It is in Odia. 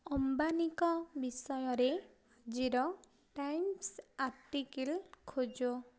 ଅମ୍ବାନୀଙ୍କ ବିଷୟରେ ଆଜିର ଟାଇମ୍ସ ଆର୍ଟିକିଲ୍ ଖୋଜ